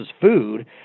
food